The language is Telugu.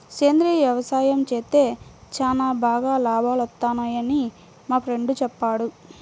సేంద్రియ యవసాయం చేత్తే చానా బాగా లాభాలొత్తన్నయ్యని మా ఫ్రెండు చెప్పాడు